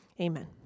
Amen